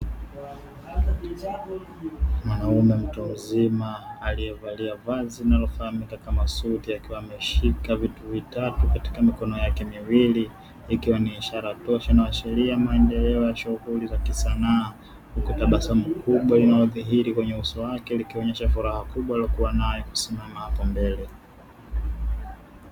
Mwanaume mto uzima aliyevalia vazi linalofahamika kama suti akiwa ameshika vitu vitatu katika mikono yake miwili ikiwa ni ishara tosha na sheria ya maendeleo ya shughuli za kisanaa hukutabasamu kubwa inayodhihiri kwenye uso wake likionyesha furaha kubwa aliokuwa nayo kusimama hapo mbele.